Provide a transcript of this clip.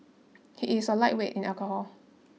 he is a lightweight in alcohol